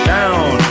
Down